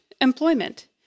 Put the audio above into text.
employment